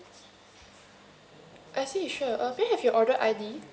I see you sure err can I have you order I_D